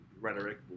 rhetoric